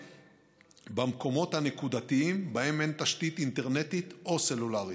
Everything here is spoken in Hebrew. במקומות הנקודתיים שבהם אין תשתית אינטרנטית או סלולרית.